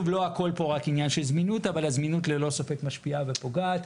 לא הכול פה רק עניין של זמינות אבל הזמינות ללא ספק משפיעה ופוגעת.